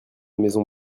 maison